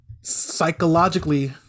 psychologically